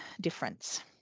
difference